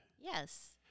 Yes